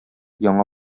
яңа